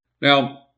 Now